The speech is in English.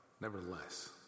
nevertheless